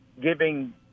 giving